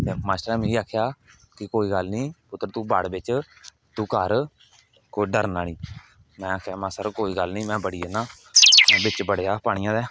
लेकिन मास्टरे ने मिगी आखेआ कि कोई गल्ल नेईं पुत्तर तू बड़ बिच तू कर कोई डरना नेईं में आखेआ सर कोई गल्ल नेई में बड़ी जन्ना बिच बड़ेआ पानियै दे मिगी